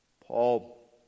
Paul